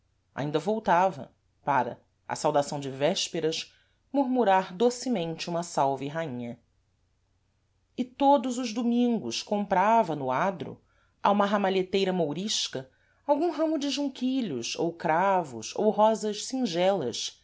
ainda voltava para à saudação de vésperas murmurar docemente uma salve raínha e todos os domingos comprava no adro a uma ramalheteira mourisca algum ramo de junquilhos ou cravos ou rosas singelas